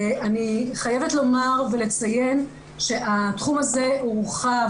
אני חייבת לומר ולציין שהתחום הזה הורחב